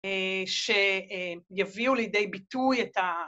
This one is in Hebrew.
שיביאו לידי ביטוי את ה...